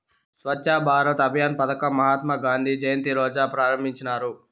స్వచ్ఛ భారత్ అభియాన్ పదకం మహాత్మా గాంధీ జయంతి రోజా ప్రారంభించినారు